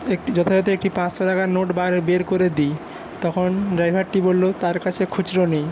একটি যথাযথ একটি পাঁচশো টাকার নোট বাইর বের করে দিই তখন ড্রাইভারটি বলল তার কাছে খুচরো নেই